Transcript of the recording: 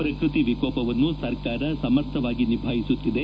ಪ್ರಕ್ನತಿ ವಿಕೋಪವನ್ನು ಸರ್ಕಾರ ಸಮರ್ಥವಾಗಿ ನಿಭಾಯಿಸುತ್ತಿದೆ